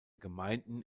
gemeinden